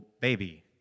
baby